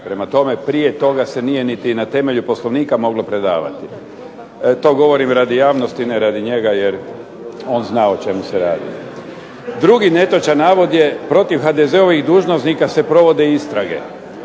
Prema tome, prije toga se nije niti na temelju Poslovnika moglo predavati. … /Upadica se ne razumije./… To govorim radi javnosti, ne radi njega jer on zna o čemu se radi. Drugi netočan navod je protiv HDZ-ovih dužnosnika se provode istrage.